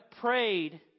prayed